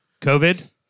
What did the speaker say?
COVID